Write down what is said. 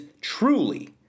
truly